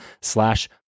slash